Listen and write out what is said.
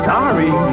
Sorry